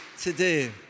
today